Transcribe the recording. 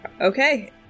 okay